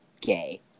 gay